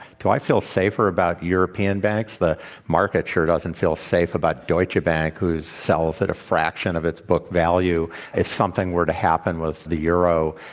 do i feel safer about european banks? the market sure doesn't feel safe about deutsche bank who sells at a fraction of its book value. if something were to happen with the euro,